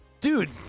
Dude